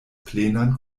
plenan